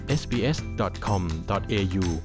sbs.com.au